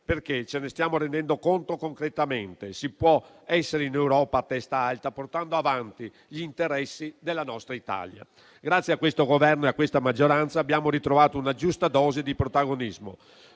ci stiamo rendendo conto concretamente che si può essere in Europa a testa alta, portando avanti gli interessi della nostra Italia. Grazie a questo Governo e a questa maggioranza abbiamo ritrovato una giusta dose di protagonismo.